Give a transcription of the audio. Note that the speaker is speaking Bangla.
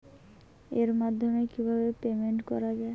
এর মাধ্যমে কিভাবে পেমেন্ট করা য়ায়?